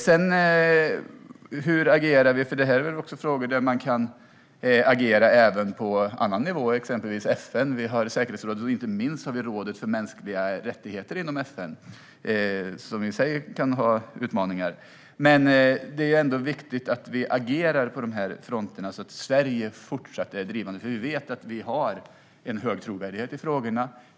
Detta är frågor där man kan agera även på annan nivå, exempelvis via FN. Vi har säkerhetsrådet och inte minst rådet för mänskliga rättigheter inom FN, som i sig kan ha utmaningar. Hur agerar vi på dessa nivåer? Det är viktigt att vi agerar på dessa fronter så att Sverige även fortsättningsvis är drivande. Vi vet att vi har hög trovärdighet i frågorna.